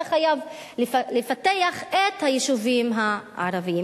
אתה חייב לפתח את היישובים הערביים.